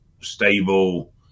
stable